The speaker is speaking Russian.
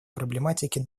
проблематики